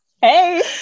hey